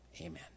Amen